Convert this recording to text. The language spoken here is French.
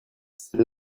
celle